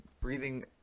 breathing